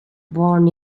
born